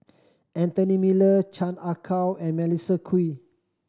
Anthony Miller Chan Ah Kow and Melissa Kwee